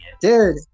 dude